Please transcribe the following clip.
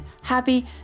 happy